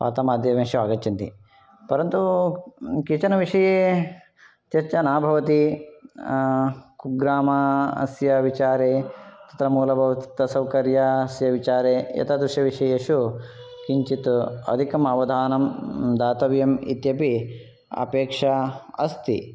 वार्तामाध्यमेषु आगच्छन्ति परन्तु केचन विषये चर्चा न भवति कुग्रामः अस्य विचारे तत्र मूलभौतिकसौकर्यस्य विचारे एतादृश विषयेषु किञ्चित् अधिकम् अवधानं दातव्यम् इत्यपि अपेक्षा अस्ति